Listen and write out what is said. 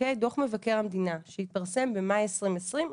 דוח מבקר המדינה שהתפרסם במאי 2020,